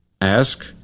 Ask